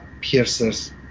piercers